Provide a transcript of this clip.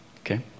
okay